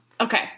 Okay